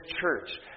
church